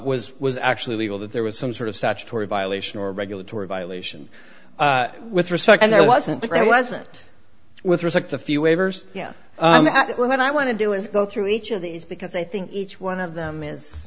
was was actually legal that there was some sort of statutory violation or regulatory violation with respect and there wasn't but i wasn't with respect the few waivers yeah i'm at when i want to do is go through each of these because i think each one of them is